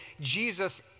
Jesus